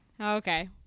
Okay